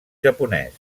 japonès